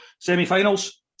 Semi-finals